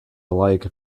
alike